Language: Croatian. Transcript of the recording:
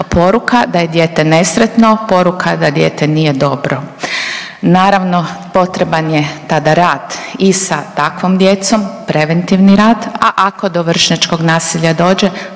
poruka da je dijete nesretno, poruka da dijete nije dobro, naravno potreban je tada rad i sa takvom djecom, preventivni rad, a ako do vršnjačkog nasilja dođe